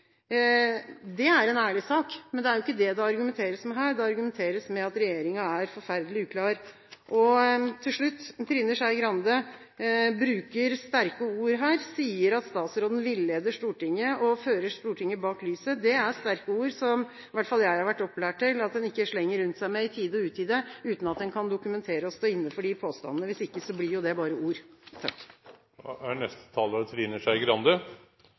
det er en ærlig sak. Men det er jo ikke det det argumenteres med her. Det argumenteres med at regjeringen er forferdelig uklar. Til slutt: Trine Skei Grande bruker sterke ord her. Hun sier at statsråden villeder Stortinget og fører «Stortinget bak lyset». Det er sterke ord, som i hvert fall jeg er opplært til at man ikke slenger rundt seg med i tide og utide uten at man kan dokumentere og stå inne for de påstandene. Hvis ikke blir det bare ord. Representanten Trine Skei Grande